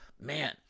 man